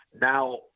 now